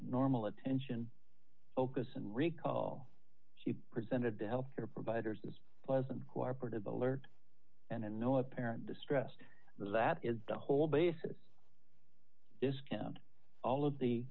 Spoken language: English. normal attention focus and recall she presented the healthcare providers as pleasant cooperative alert and no apparent distrust that is the whole basis discount all of the